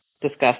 discussed